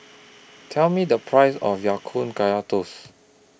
Tell Me The Price of Ya Kun Kaya Toast